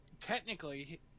technically